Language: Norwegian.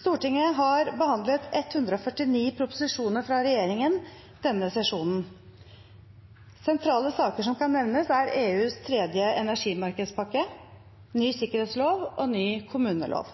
Stortinget har behandlet 149 proposisjoner fra regjeringen denne sesjonen. Sentrale saker som kan nevnes, er EUs tredje energimarkedspakke, ny sikkerhetslov og ny kommunelov.